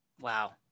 Wow